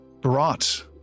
brought